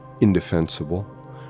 indefensible